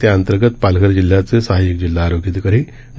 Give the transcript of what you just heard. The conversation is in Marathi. त्याअंतर्गत पालघर जिल्ह्याचे सहायक जिल्हा आरोग्य अधिकारी डॉ